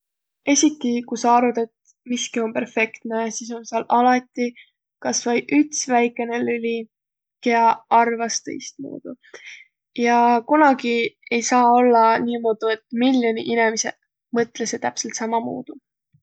Esiki kui sa arvat, et miski om perfektne, sis om sääl alati kasvai üts väikene lüli, kiä arvas tõistmuudu. Ja kunagi ei saa ollaq niimoodu, et miljoniq inemiseq mõtlõsõq täpselt sammamuudu.